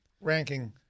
ranking